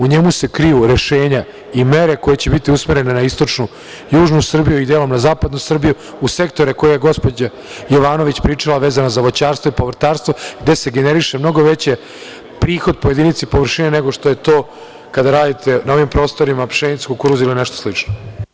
U njemu se kriju rešenja i mere koje će biti usmerene na istočnu, južnu Srbiju i delom na zapadnu Srbiju u sektore koje je gospođa Jovanović pričala vezano za voćarstvo i povrtarstvo, gde se generiše mnogo veći prihod po jedinici površine nego što je to kad radite na ovim prostorima pšenicu, kukuruz ili nešto slično.